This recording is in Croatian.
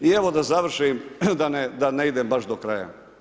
I evo da završim da ne idem baš do kraja.